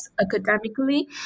academically